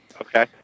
Okay